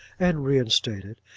and reinstated,